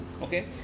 Okay